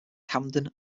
camden